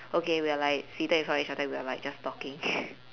okay we are like seated in front of each other and we're like just talking